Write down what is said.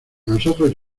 nosotros